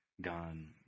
gone